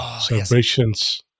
celebrations